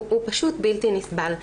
הוא פשוט בלתי נסבל.